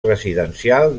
residencial